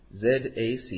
ZAC